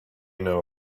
know